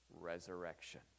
resurrection